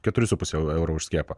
keturi su puse euro už skiepą